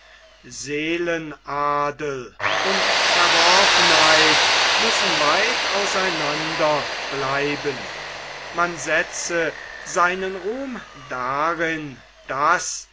seelenadel und verworfenheit müssen weit auseinander bleiben man setze seinen ruhm darin daß